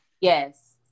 Yes